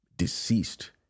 Deceased